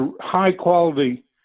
high-quality